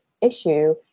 issue